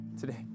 today